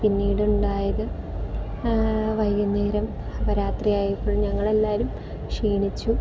പിന്നീട് ഉണ്ടായത് വൈകുന്നേരം രാത്രിയായപ്പോഴും ഞങ്ങൾ എല്ലാവരും ക്ഷീണിച്ചു